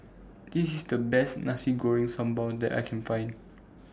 This IS The Best Nasi Goreng Sambal that I Can Find